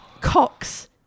Cox